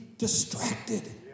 Distracted